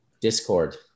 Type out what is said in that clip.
Discord